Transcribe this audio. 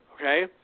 okay